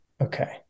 Okay